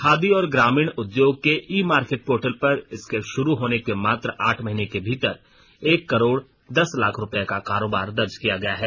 खादी और ग्रामीण उद्योग के ई मार्केट पोर्टल पर इसके शुरू होने के मात्र आठ महीने के भीतर एक करोड़ दस लाख रुपये का कारोबार दर्ज किया गया है